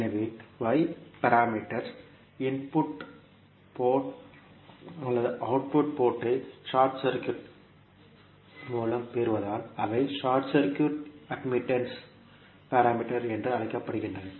எனவே y பாராமீட்டர்கள் input அல்லது அவுட்புட் போர்ட் ஐ ஷார்ட் சர்க்யூட் மூலம் பெறுவதால் அவை ஷார்ட் சர்க்யூட் அட்மிட்டன்ஸ் பாராமீட்டர்ஸ் என்றும் அழைக்கப்படுகின்றன